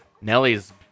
Nelly's